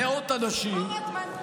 מאות אנשים, כמו רוטמן.